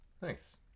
Thanks